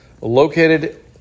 located